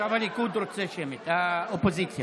עכשיו הליכוד רוצה שמית, האופוזיציה.